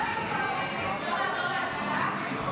אפשר לעבור להצבעה?